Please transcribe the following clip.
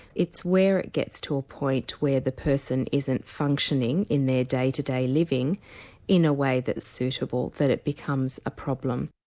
it's where it gets to a point where the person isn't functioning in their day to day living in a way that's suitable that it becomes a problem.